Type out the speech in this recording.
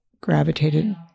gravitated